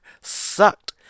sucked